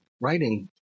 writing